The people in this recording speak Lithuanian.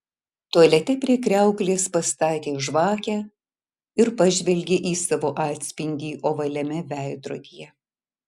tualete prie kriauklės pastatė žvakę ir pažvelgė į savo atspindį ovaliame veidrodyje